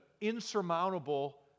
insurmountable